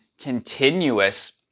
continuous